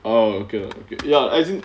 oh okay okay ya as in